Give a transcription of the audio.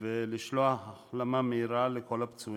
ולשלוח ברכת החלמה מהירה לכל הפצועים.